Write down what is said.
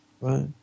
right